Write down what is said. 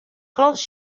close